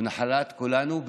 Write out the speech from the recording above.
הוא נחלת כולנו.